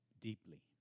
deeply